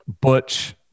Butch